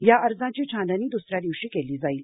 या अर्जाची छाननी द्सऱ्या दिवशी केली जाईल